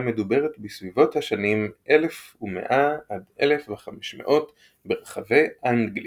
מדוברת בסביבות השנים 1100–1500 ברחבי אנגליה.